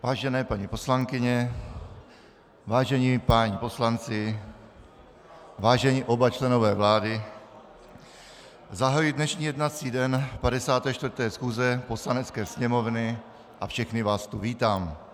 Vážené paní poslankyně, vážení páni poslanci, vážení oba členové vlády, zahajuji dnešní jednací den 54. schůze Poslanecké sněmovny a všechny vás tu vítám.